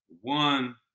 One